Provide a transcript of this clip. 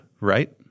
right